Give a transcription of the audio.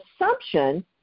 assumption